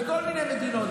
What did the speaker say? בכל מיני מדינות,